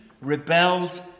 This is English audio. rebelled